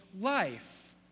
life